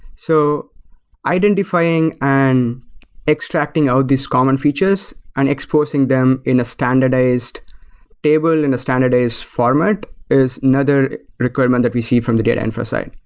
so identifying and extracting out these common features and exposing them in a standardized table and a standardized format is another requirement that we see from the data infra side.